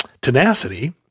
tenacity